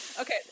Okay